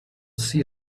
see